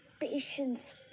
patience